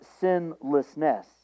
sinlessness